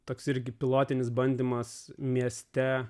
toks irgi pilotinis bandymas mieste